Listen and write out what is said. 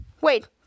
wait